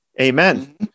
amen